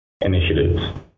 initiatives